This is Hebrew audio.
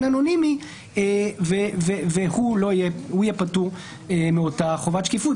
אנונימי הוא יהיה פטור מאותה חובת שקיפות.